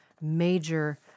major